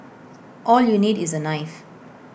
all you need is A knife